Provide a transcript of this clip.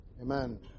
Amen